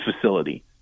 facility